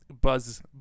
buzz